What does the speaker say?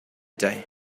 day